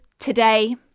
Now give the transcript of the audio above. Today